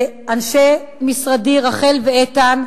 לאנשי משרדי רחל ואיתן,